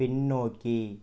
பின்னோக்கி